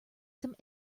some